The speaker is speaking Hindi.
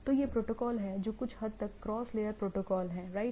तो ये प्रोटोकॉल हैं जो कुछ हद तक क्रॉस लेयर प्रोटोकॉल हैं राइट